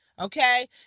Okay